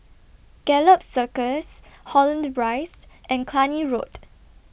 Gallop Circus Holland Rise and Cluny Road